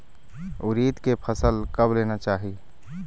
उरीद के फसल कब लेना चाही?